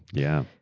yeah.